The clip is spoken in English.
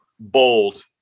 Bold